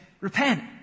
repent